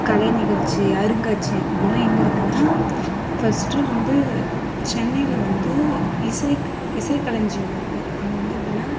கலை நிகழ்ச்சி அருங்காட்சியகம் அப்படிலாம் எங்கே இருக்குன்னா ஃபஸ்ட்டு வந்து சென்னையில் வந்து இசை இசை களஞ்சியம் இருக்கு அங்கே வந்து எப்படின்னா